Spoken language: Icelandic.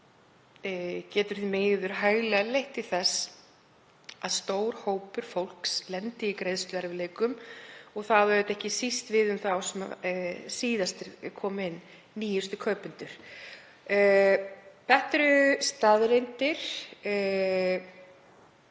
getur því miður hæglega leitt til þess að stór hópur fólks lendi í greiðsluerfiðleikum. Það á ekki síst við um þá sem síðast komu inn, nýjustu kaupendurna. Þetta eru staðreyndir